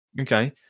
Okay